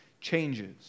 changes